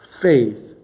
faith